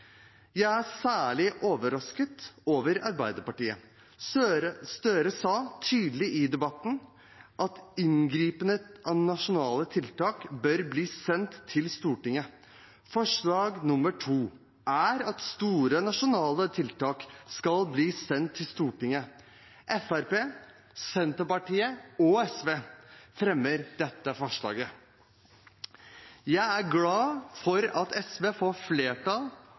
Jeg er særlig overrasket over Arbeiderpartiet. Gahr Støre sa tydelig i debatten at inngripende nasjonale tiltak bør bli sendt til Stortinget. Forslag nr. 2 er at store nasjonale tiltak skal bli sendt til Stortinget. Fremskrittspartiet, Senterpartiet og SV fremmer dette forslaget. Jeg er glad for at SV får flertall